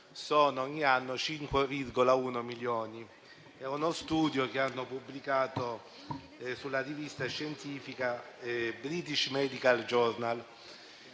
sono ogni anno 5,1 milioni. Si tratta di uno studio pubblicato sulla rivista scientifica «British medical journal».